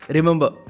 Remember